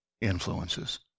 influences